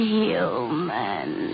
human